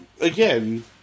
again